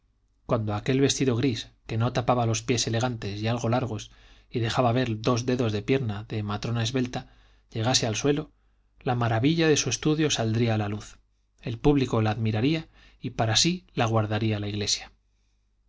cuando aquel vestido gris que no tapaba los pies elegantes y algo largos y dejaba ver dos dedos de pierna de matrona esbelta llegase al suelo la maravilla de su estudio saldría a luz el público la admiraría y para sí la guardaría la iglesia